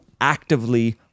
actively